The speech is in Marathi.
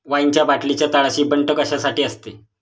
वाईनच्या बाटलीच्या तळाशी बंट कशासाठी असते?